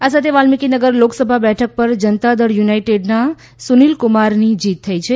આ સાથે વાલ્મીકી નગર લોકસભા બેઠક પર જનતા દળ યુનાઇટેડના સુનીલ કુમારની જીત થઈ છે